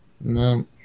No